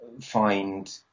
find